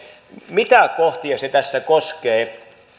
mitä kohtia se tässä koskee